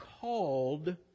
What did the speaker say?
called